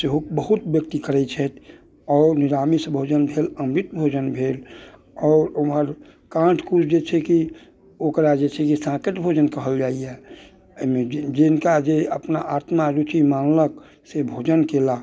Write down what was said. सेहो बहुत व्यक्ति करैत छथि आओर निरामिस भोजन भेल अमृत भोजन भेल आओर उमहर काँट कूस जे छै कि ओकरा जे छै जे साकटि भोजन कहल जाइया एहिमे जिन जिनका जे अपना आत्मा रूचि मानलक से भोजन कयला